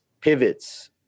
pivots